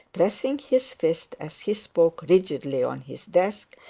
pressing his fist as he spoke rigidly on his desk,